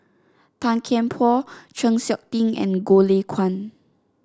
Tan Kian Por Chng Seok Tin and Goh Lay Kuan